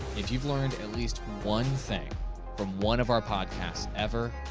if you've learned at least one thing from one of our podcasts ever,